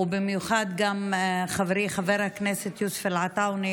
ובמיוחד חברי חבר הכנסת יוסף עטאונה,